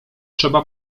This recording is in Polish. trzeba